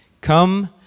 come